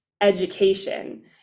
education